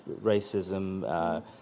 racism